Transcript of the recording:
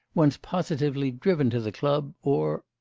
one's positively driven to the club. or,